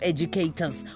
Educators